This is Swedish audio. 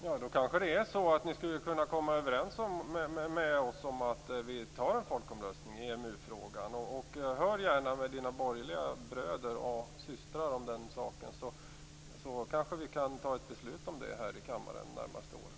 Herr talman! Då kanske ni kan komma överens med oss om att ha en folkomröstning i EMU-frågan. Hör gärna med de borgerliga bröderna och systrarna om den saken, så kanske vi kan fatta beslut i kammaren det närmaste året.